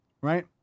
Right